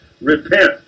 Repent